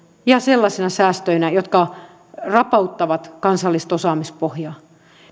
ja sellaisina säästöinä jotka rapauttavat kansallista osaamispohjaa